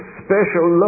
special